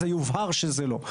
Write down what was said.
זה יובהר שזה לא.